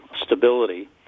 stability